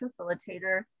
facilitator